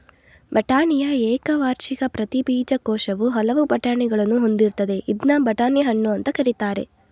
ಬಟಾಣಿಯ ಏಕವಾರ್ಷಿಕ ಪ್ರತಿ ಬೀಜಕೋಶವು ಹಲವು ಬಟಾಣಿಗಳನ್ನು ಹೊಂದಿರ್ತದೆ ಇದ್ನ ಬಟಾಣಿ ಹಣ್ಣು ಅಂತ ಕರೀತಾರೆ